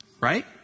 right